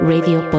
Radio